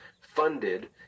funded